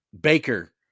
Baker